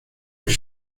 los